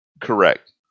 Correct